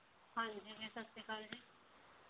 ਹਾਂਜੀ ਜੀ ਸਤਿ ਸ਼੍ਰੀ ਅਕਾਲ ਜੀ